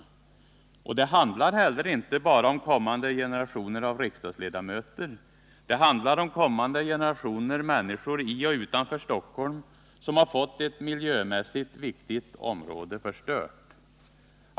Det handlar heller inte bara om kommande generationer av riksdagsledamöter, det handlar om kommande generationer människor i och utanför Stockholm som fått ett miljömässigt viktigt område förstört.